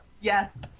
Yes